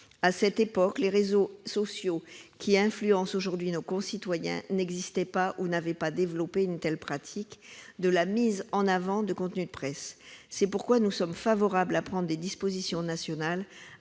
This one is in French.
À cette époque, les réseaux sociaux qui influencent aujourd'hui nos concitoyens n'existaient pas ou n'avaient pas développé une telle pratique de mise en avant de contenus de presse. C'est pourquoi nous pensons que des dispositions nationales